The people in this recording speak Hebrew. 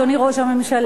אדוני ראש הממשלה,